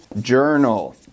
journal